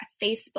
Facebook